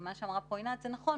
מה שאמרה פה עינת הוא נכון.